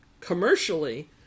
commercially